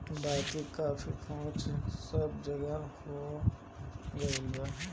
बाकी कॉफ़ी पहुंच सब जगह हो गईल बा